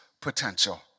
potential